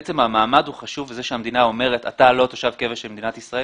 עצם זה שהמדינה אומרת: אתה לא תושב קבע של מדינת ישראל,